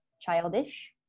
childish